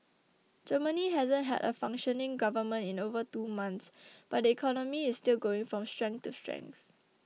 Germany hasn't had a functioning government in over two months but the economy is still going from strength to strength